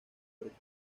órgano